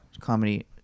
comedy